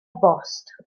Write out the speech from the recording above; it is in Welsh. bost